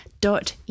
dot